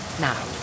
Now